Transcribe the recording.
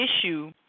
issue